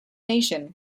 nation